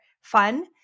fun